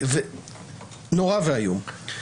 נורא ואיום.